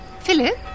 Philip